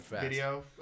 video